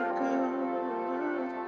good